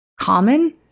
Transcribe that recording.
common